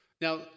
Now